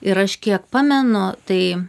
ir aš kiek pamenu tai